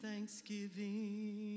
Thanksgiving